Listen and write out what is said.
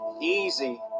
easy